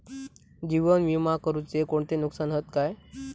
जीवन विमा करुचे कोणते नुकसान हत काय?